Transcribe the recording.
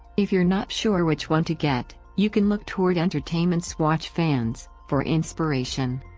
if you're not sure which one to get, you can look toward entertainment's watch fans for inspiration.